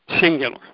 Singular